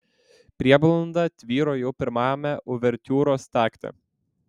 prieblanda tvyro jau pirmajame uvertiūros takte